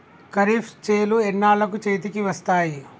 ఖరీఫ్ చేలు ఎన్నాళ్ళకు చేతికి వస్తాయి?